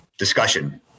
discussion